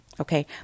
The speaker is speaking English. okay